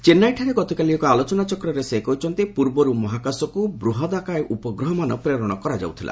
ଚେନ୍ନାଇଠାରେ ଗତକାଲି ଏକ ଆଲୋଚନାଚକ୍ରରେ ସେ କହିଛନ୍ତି ପୂର୍ବରୁ ମହାକାଶକୁ ବୃହଦାକାୟ ଉପଗ୍ରହମାନ ପ୍ରେରଣ କରାଯାଉଥିଲା